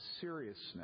seriousness